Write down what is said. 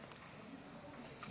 כל